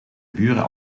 buren